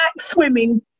swimming